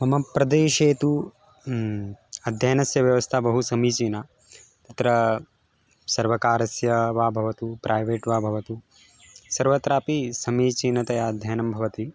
मम प्रदेशे तु अध्ययनस्य व्यवस्था बहु समीचीना तत्र सर्वकारस्य वा भवतु प्रैवेट् वा भवतु सर्वत्रापि समीचीनतया अध्ययनं भवति